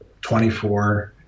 24